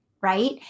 right